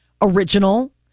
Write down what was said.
Original